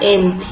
n